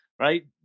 right